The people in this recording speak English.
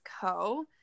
Co